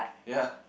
ya